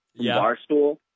Barstool